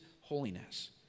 holiness